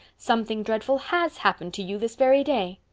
something dreadful has happened to you this very day.